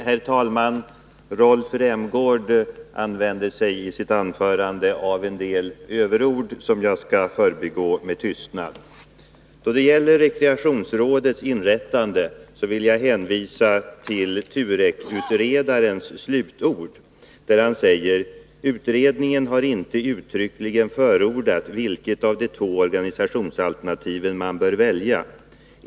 Herr talman! Rolf Rämgård använde sig i sitt anförande av en del överord som jag skall förbigå med tystnad. Då det gäller inrättandet av rekreationsrådet vill jag hänvisa till TUREK-utredarens slutord: ”Utredningen har inte uttryckligen förordat vilket av de två organisationsalternativen man bör välja.